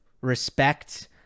respect